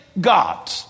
God